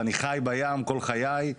ואני חי בים כל חיי,